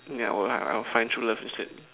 yeah would I will find true love instead